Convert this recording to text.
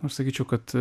aš sakyčiau kad